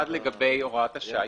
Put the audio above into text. אחד, לגבי הוראת השעה.